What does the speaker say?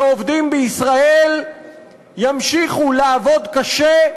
שעובדים בישראל ימשיכו לעבוד קשה,